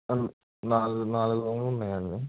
నాల్ నాలుగు రూములున్నాయండి